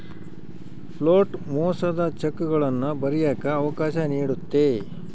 float ಮೋಸದ ಚೆಕ್ಗಳನ್ನ ಬರಿಯಕ್ಕ ಅವಕಾಶ ನೀಡುತ್ತೆ